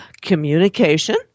communication